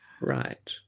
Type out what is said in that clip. right